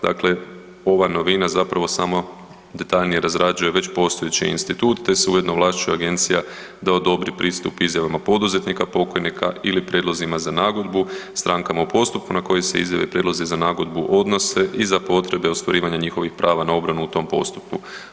Dakle, ova novina zapravo samo detaljnije razrađuje već postojeći institut, te se ujedno ovlašćuje agencija da odobri pristup izjavama poduzetnika pokajnika ili prijedlozima za nagodbu strankama u postupku na koje se izjave i prijedlozi za nagodbu odnose i za potrebe ostvarivanja njihovih prava na obranu u tom postupku.